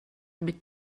mit